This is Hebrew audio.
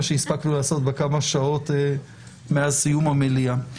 שהספקנו לעשות בכמה שעות מאז סיום המליאה.